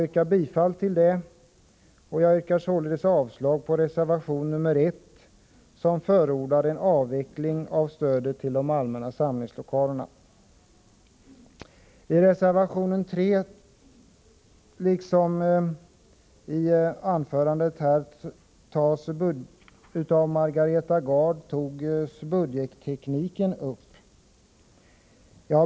Jag yrkar bifall till detta och avslag på reservation nr 1, som förordar en avveckling av stödet till de allmänna samlingslokalerna. I reservation 3 behandlas budgettekniken, som Margareta Gard också tog upp i sitt anförande här.